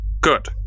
Good